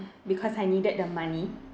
because I needed the money